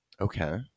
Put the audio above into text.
Okay